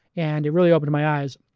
and it really opened my eyes.